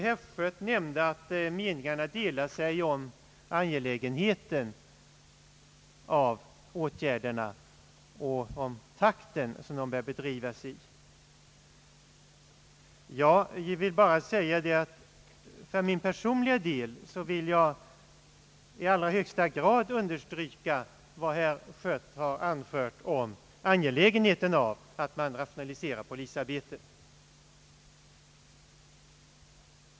Herr Schött nämnde att meningarna delat sig om angelägenheten av åtgärderna och om den takt i vilken de bör vidtas. För min personliga del vill jag i allra högsta grad understryka vad herr Schött har anfört om angelägenheten av att man rationaliserar polisens arbete.